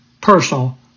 personal